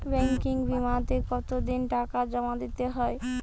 Banking বিমাতে কত দিন টাকা জমা দিতে হয়?